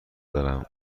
دارم